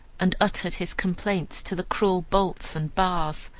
and uttered his complaints to the cruel bolts and bars.